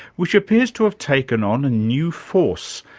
which appears to have taken on a new force,